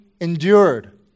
endured